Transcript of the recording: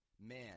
Man